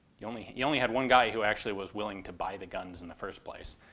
he only he only had one guy who actually was willing to buy the guns in the first place.